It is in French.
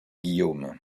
guillaume